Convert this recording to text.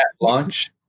launch